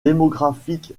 démographique